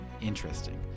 interesting